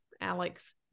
Alex